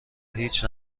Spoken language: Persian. هیچ